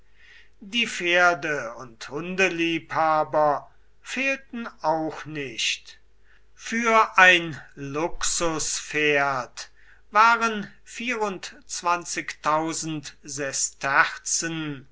die pferde und hundeliebhaber fehlten auch nicht für ein luxuspferd waren